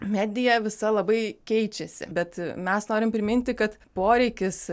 medija visa labai keičiasi bet mes norim priminti kad poreikis